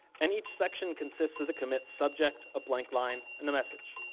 and each section consists of the commit subject, a blank line, and the message.